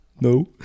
No